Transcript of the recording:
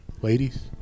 Ladies